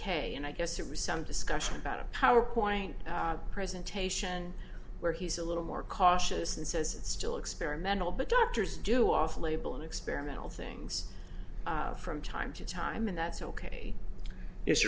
k and i guess there was some discussion about a power point presentation where he's a little more cautious and says it's still experimental but doctors do off label and experimental things from time to time and that's ok it's